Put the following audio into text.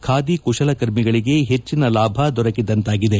ಖಾದಿ ಕುಶಲಕರ್ಮಿಗಳಿಗೆ ಹೆಚ್ಚಿನ ಲಾಭ ದೊರಕಿದಂತಾಗಿದೆ